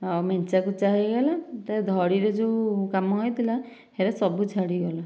ଆଉ ମେଞ୍ଚା କୁଚା ହୋଇଗଲା ତା ଧଡ଼ିରେ ଯେଉଁ କାମ ହୋଇଥିଲା ସେଟା ସବୁ ଛାଡ଼ିଗଲା